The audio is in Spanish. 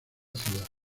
ciudad